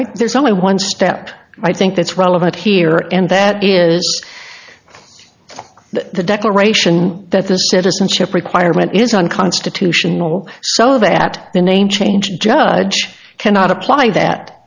think there's only one step i think that's relevant here and that is that the declaration that the citizenship requirement is unconstitutional so that the name change judge cannot apply that